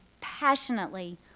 passionately